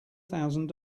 thousand